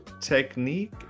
technique